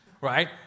Right